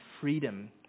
freedom